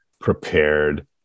prepared